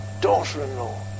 daughter-in-law